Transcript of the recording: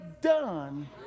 done